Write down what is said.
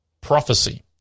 prophecy